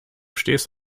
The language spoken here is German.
stehst